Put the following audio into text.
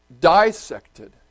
dissected